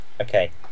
Okay